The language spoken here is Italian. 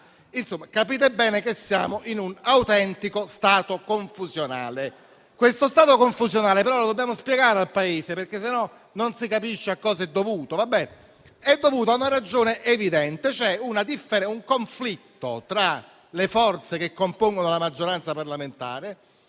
capite bene che siamo in un autentico stato confusionale che, però, dobbiamo spiegare al Paese, perché altrimenti non si capisce a cosa è dovuto. È dovuto a una ragione evidente: a un conflitto tra le forze che compongono la maggioranza parlamentare.